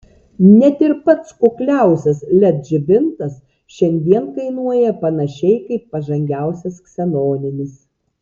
net ir pats kukliausias led žibintas šiandien kainuoja panašiai kaip pažangiausias ksenoninis